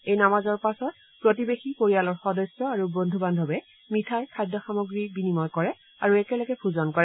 এই নামাজৰ পাছত প্ৰতিবেশী পৰিয়ালৰ সদস্য আৰু বন্ধু বান্ধৰে মিঠাই খাদ্যসামগ্ৰী বিনিময় কৰে আৰু একেলগে ভোজন কৰে